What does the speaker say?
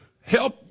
help